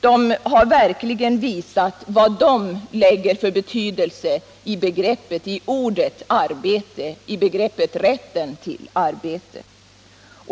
De har verkligen visat vad de lägger för betydelse i ordet arbete och i begreppet rätt till arbete.